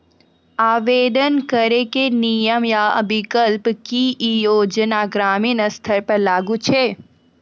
आवेदन करैक नियम आ विकल्प? की ई योजना ग्रामीण स्तर पर लागू छै?